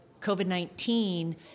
COVID-19